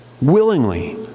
willingly